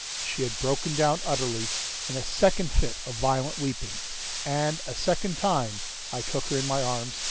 she had broken down utterly in a second fit of violent weeping and a second time i took her in my arms,